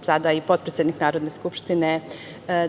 sada i potpredsednik Narodne skupštine,